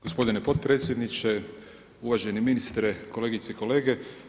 Gospodine potpredsjedniče, uvaženi ministre, kolegice i kolege.